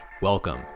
Welcome